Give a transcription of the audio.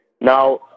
Now